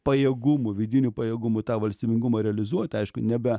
pajėgumų vidinių pajėgumų tą valstybingumą realizuot aišku nebe